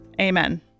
Amen